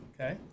Okay